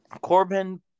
Corbin